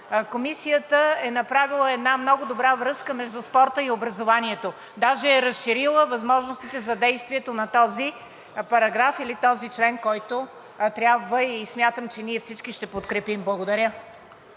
Комисията е направила една много добра връзка между спорта и образованието. Даже е разширила възможностите за действието на този параграф или този член, който трябва и смятам, че ние всички ще подкрепим. Благодаря.